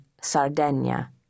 Sardinia